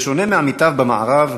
בשונה מעמיתיו במערב,